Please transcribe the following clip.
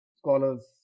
scholars